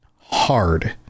hard